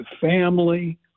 family